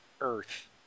earth